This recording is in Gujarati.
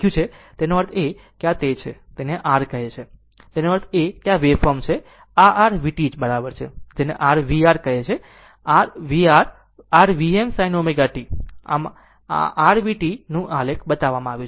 તો તેનો અર્થ એ છે અને આ તે છે જેને ફક્ત r કહે છે એનો અર્થ એ કે આ વેવફોર્મ છે આ r vt vt બરાબર r છે જેને r r v r કહે છેr v r v r Vm sin ω t આ r vt vt નું આલેખ બતાવવામાં આવ્યું છે